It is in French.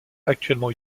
actuellement